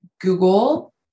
Google